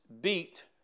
beat